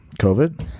COVID